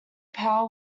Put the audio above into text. power